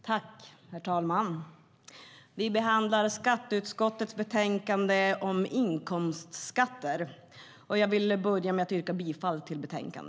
Herr talman! Vi behandlar skatteutskottets betänkande om inkomstskatter, och jag vill börja med att yrka bifall till utskottets förslag.